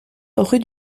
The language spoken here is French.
rue